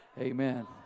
amen